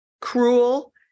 cruel